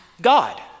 God